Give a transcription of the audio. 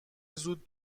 زود